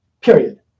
Period